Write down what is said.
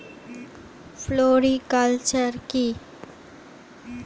Floriculture কি?